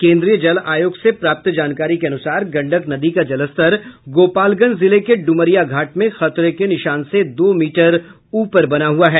केन्द्रीय जल आयोग से प्राप्त जानकारी के अनुसार गंडक नदी का जलस्तर गोपालगंज जिले के डुमरिया घाट में खतरे के निशान से दो मीटर ऊपर बना हुआ है